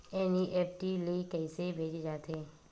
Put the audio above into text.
NEFT ले कइसे भेजे जाथे?